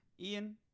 Ian